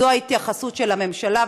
זאת ההתייחסות של הממשלה,